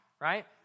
right